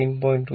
അത് 13